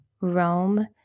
Rome